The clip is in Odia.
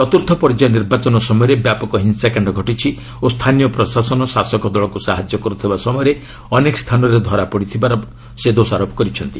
ଚତୁର୍ଥ ପର୍ଯ୍ୟାୟ ନିର୍ବାଚନ ସମୟରେ ବ୍ୟାପକ ହିଂସାକାଣ୍ଡ ଘଟିଛି ଓ ସ୍ଥାନୀୟ ପ୍ରଶାସନ ଶାସକ ଦଳକୁ ସାହାଯ୍ୟ କରୁଥିବା ସମୟରେ ଅନେକ ସ୍ଥାନରେ ଧରାପଡ଼ିଛି ବୋଲି ସେ ଦୋଷାରୋପ କରିଛନ୍ତି